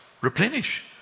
replenish